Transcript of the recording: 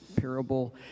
parable